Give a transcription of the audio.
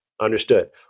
Understood